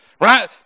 right